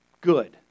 good